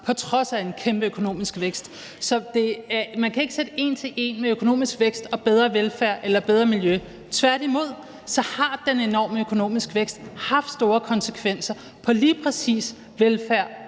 på trods af en kæmpe økonomisk vækst. Så man kan ikke sammenligne økonomisk vækst, bedre velfærd eller bedre miljø en til en. Tværtimod har den enorme økonomiske vækst haft store konsekvenser for lige præcis velfærd,